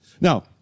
Now